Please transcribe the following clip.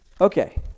Okay